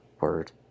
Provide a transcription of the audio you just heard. Word